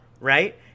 right